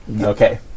Okay